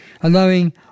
allowing